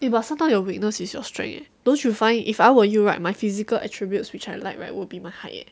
eh but sometimes your weakness is your strength eh don't you find if I were you right my physical attributes which I like right would be my height